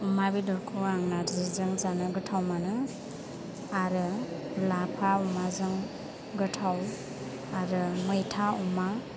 अमा बेदरखौ आं नारजिजों जानो गोथाव मोनो आरो लाफा अमाजों गोथाव आरो मैथा अमा